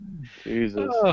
Jesus